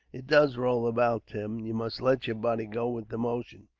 it does roll about, tim. you must let your body go with the motion,